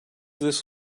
this